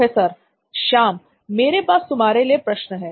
professor Shyam मेरे पास तुम्हारे लिए प्रश्न है